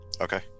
Okay